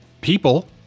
People